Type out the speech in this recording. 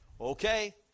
Okay